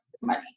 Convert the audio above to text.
money